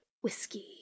Whiskey